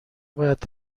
باید